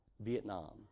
Vietnam